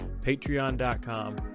patreon.com